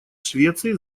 швеции